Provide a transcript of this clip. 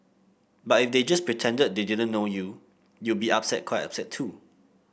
but if they just pretended they didn't know you you'd be upset quiet too